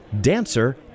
dancer